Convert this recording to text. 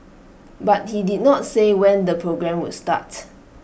but he did not say when the programme would start